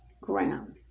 ground